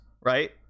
right